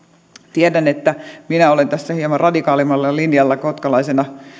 tiedän että minä olen tässä hieman radikaalimmalla linjalla kotkalaisena